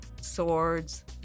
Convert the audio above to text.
swords